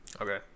Okay